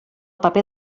paper